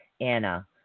Anna